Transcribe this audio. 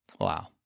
Wow